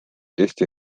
eesti